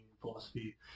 philosophy